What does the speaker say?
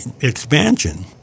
expansion